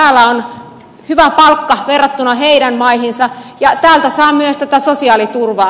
täällä on hyvä palkka verrattuna heidän maihinsa ja täältä saa myös tätä sosiaaliturvaa